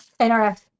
nrf